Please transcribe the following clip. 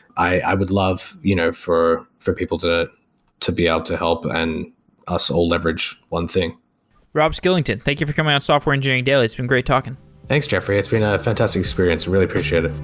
i would love you know for for people to to be able to help and us all leverage one thing rob skillington, thank you for coming on software engineering daily. it's been great talking thanks, jeffrey. it's been a fantastic experience. i really appreciate